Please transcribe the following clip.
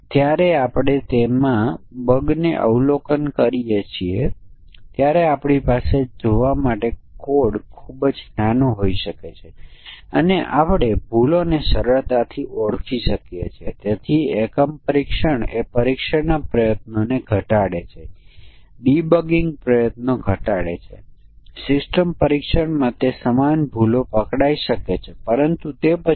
તેથી આપણે ઇનપુટના પ્રતિનિધિ મૂલ્યો b2 4 a c ને ધ્યાનમાં લઇ કરવું જોઇયે b2 4 a c માટે 0 પોઝિટિવ અને નકારાત્મક મૂલ્ય પસંદ કરવું પડશે